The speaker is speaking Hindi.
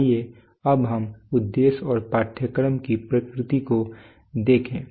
आइए अब हम उद्देश्य और पाठ्यक्रम की प्रकृति को देखें